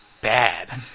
bad